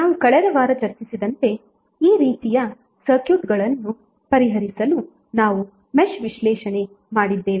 ನಾವು ಕಳೆದ ವಾರ ಚರ್ಚಿಸಿದಂತೆ ಈ ರೀತಿಯ ಸರ್ಕ್ಯೂಟ್ಗಳನ್ನು ಪರಿಹರಿಸಲು ನಾವು ಮೆಶ್ ವಿಶ್ಲೇಷಣೆ ಮಾಡಿದ್ದೇವೆ